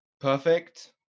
perfect